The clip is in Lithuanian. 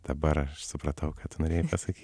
dabar aš supratau kad norėjau pasakyt